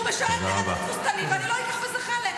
הוא משרת נרטיב תבוסתני, ואני לא אקח בזה חלק.